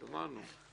גמרנו.